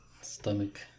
stomach